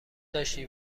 داشتی